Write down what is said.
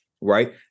right